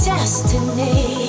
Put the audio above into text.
Destiny